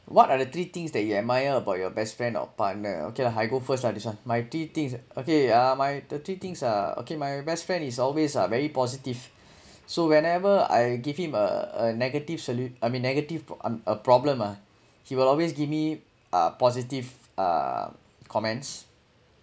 what are three things that you admire about your best friend or partner okay lah I go first lah this one my three things okay uh my the three things ah okay my best friend is always very positive so whenever I give him a a negative salu~ I mean negative uh problem ah he will always give me uh positive uh comments